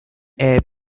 est